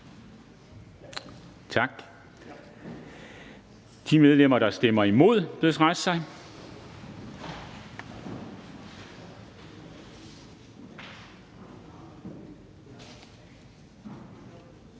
Tak. De medlemmer, der stemmer imod, bedes rejse sig.